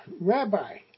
rabbi